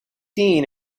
dean